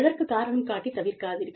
எதற்கும் காரணம் காட்டி தவிர்க்காதீர்கள்